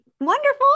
wonderful